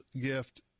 gift